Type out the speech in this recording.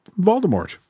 Voldemort